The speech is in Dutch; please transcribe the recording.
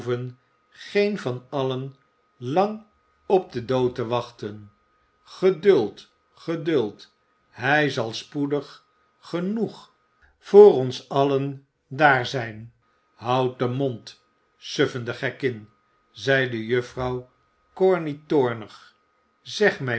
geen van allen lang op den dood te wachten geduld geduld hij zal spoedig genoeg voor ons allen daar zijn houd den mond suffende gekkin zeide juffrouw corney toornig zeg mij